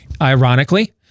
Ironically